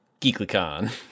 GeeklyCon